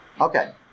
Okay